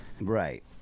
Right